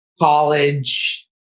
college